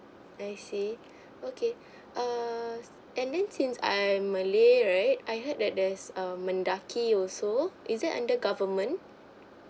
I see okay err and then since I'm malay right I heard that there's um mendaki also is it under government